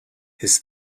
his